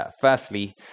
Firstly